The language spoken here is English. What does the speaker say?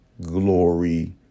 glory